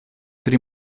tri